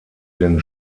den